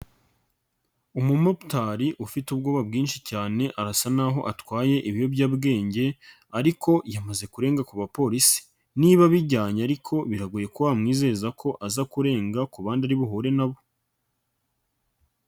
Umumotari ufite ubwoba bwinshi cyane arasa n'aho atwaye ibiyobyabwenge ariko yamaze kurenga ku bapolisi, niba abijyanye ariko biragoye ko wamwizeza ko aza kurenga ku bandi ari buhure na bo.